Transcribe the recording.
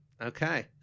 Okay